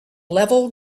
level